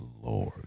Lord